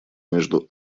между